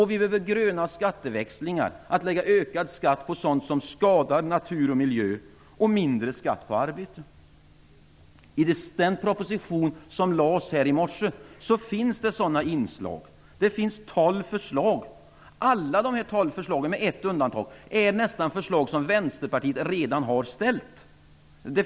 Vi behöver också gröna skatteväxlingar, dvs. att öka skatten på sådant som skadar natur och miljö och minska skatten på arbete. I den propositionen som lades fram här i morse finns det sådana inslag. Det finns 12 förslag. Alla de 12 förslagen, med ett undantag, är i det närmaste förslag som vänsterpartiet redan har presenterat.